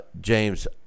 James